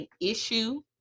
issue